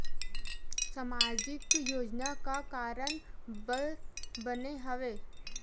सामाजिक योजना का कारण बर बने हवे?